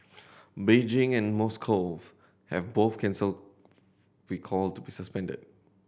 Beijing and Moscow have both canceled be called to be suspended